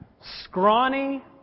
Scrawny